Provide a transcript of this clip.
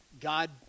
God